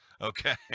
Okay